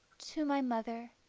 to my mother